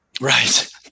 Right